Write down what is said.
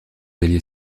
alliez